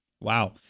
Wow